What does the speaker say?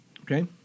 Okay